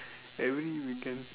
every weekend